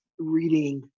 reading